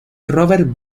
robert